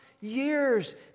years